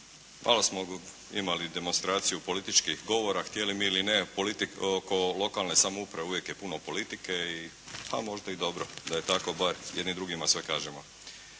malo smo imali demonstraciju političkih govora. Htjeli mi ili ne oko lokalne samouprave uvijek je puno politike, pa možda je dobro da je tako, bar jedni drugima sve kažemo.